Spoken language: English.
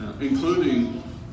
including